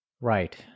Right